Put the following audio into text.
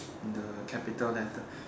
the capital letter